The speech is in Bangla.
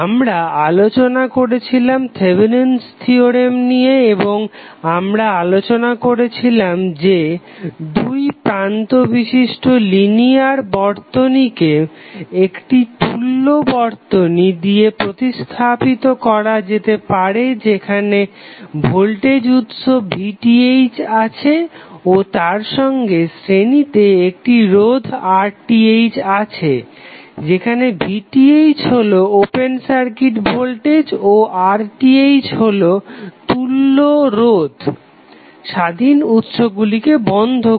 আমরা আলোচনা করেছিলাম থেভেনিন'স থিওরেম Thevenins theorem নিয়ে এবং আমরা আলোচনা করেছিলাম যে দুইপ্রান্ত বিশিষ্ট লিনিয়ার বর্তনীকে একটি তুল্য বর্তনী দিয়ে প্রতিস্থাপিত করা যেতে পারে যেখানে ভোল্টেজ উৎস VTh আছে ও তার সঙ্গে শ্রেণীতে একটি রোধ RTh আছে যেখানে VTh হলো ওপেন সার্কিট ভোল্টেজ ও RTh হলো প্রান্তে তুল্য রোধ স্বাধীন উৎসগুলিকে বন্ধ করে